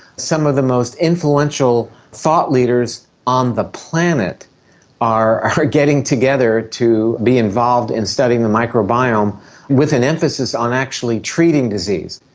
some of the most influential thought leaders on the planet are are getting together to be involved in studying the microbiome with an emphasis on actually treating disease.